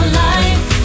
life